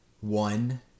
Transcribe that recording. One